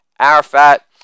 Arafat